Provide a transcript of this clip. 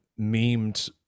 memed